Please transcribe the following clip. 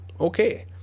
okay